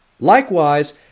Likewise